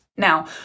Now